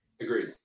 Agreed